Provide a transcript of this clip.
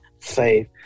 faith